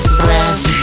breath